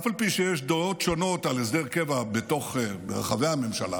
אף על פי שיש דעות שונות על הסדר קבע ברחבי הממשלה,